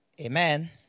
Amen